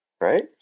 right